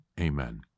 Amen